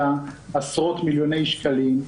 לאומיים מיוחדים ושירותי דת יהודיים):